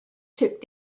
took